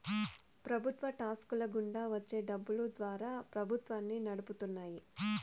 ప్రభుత్వ టాక్స్ ల గుండా వచ్చే డబ్బులు ద్వారా ప్రభుత్వాన్ని నడుపుతున్నాయి